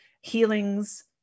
healings